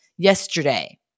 yesterday